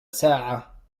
ساعة